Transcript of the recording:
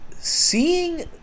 Seeing